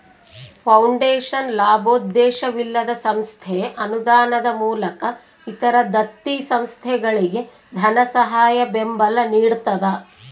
foundation ಲಾಭೋದ್ದೇಶವಿಲ್ಲದ ಸಂಸ್ಥೆ ಅನುದಾನದ ಮೂಲಕ ಇತರ ದತ್ತಿ ಸಂಸ್ಥೆಗಳಿಗೆ ಧನಸಹಾಯ ಬೆಂಬಲ ನಿಡ್ತದ